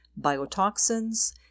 biotoxins